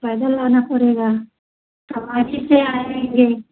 पैदल आना पड़ेगा गाड़ी से आएंगे